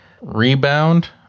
Rebound